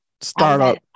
startup